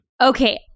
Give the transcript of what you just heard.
okay